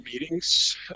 meetings